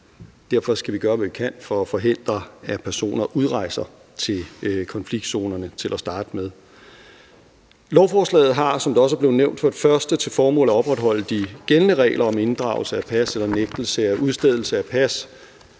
Derfor skal vi gøre, hvad vi kan, for at forhindre, at personer udrejser til konfliktzoner til at starte med. Lovforslaget har, som det også er blevet nævnt, for det første til formål at opretholde de gældende regler om inddragelse af pas eller nægtelse af udstedelse af pas